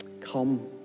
come